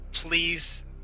please